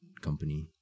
company